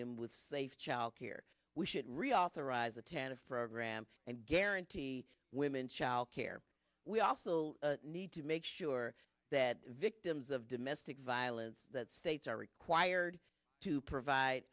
them with safe childcare we should reauthorize the tennis program and guarantee women childcare we also need to make sure that victims of domestic violence that states are required to provide